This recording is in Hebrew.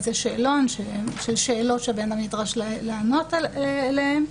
אז יש שאלון שיש שאלות שהוא נדרש לענות עליהן.